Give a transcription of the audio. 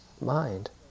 mind